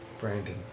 Brandon